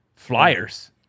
flyers